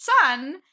son